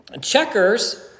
checkers